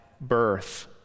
birth